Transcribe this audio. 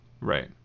Right